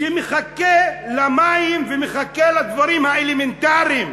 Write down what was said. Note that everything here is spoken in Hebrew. שמחכה למים ומחכה לדברים האלמנטריים,